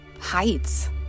heights